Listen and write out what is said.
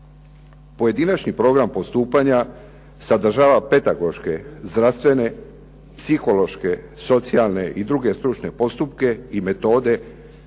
Pojedinačni program postupanja sadržava pedagoške, zdravstvene, psihološke, socijalne i druge stručne postupke i metode